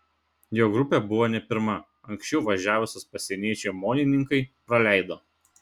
jo grupė buvo ne pirma anksčiau važiavusias pasieniečiai omonininkai praleido